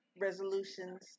resolutions